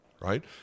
right